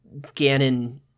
Ganon